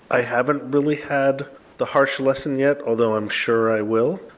i haven't really had the harsh lesson yet, although i'm sure i will.